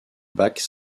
bach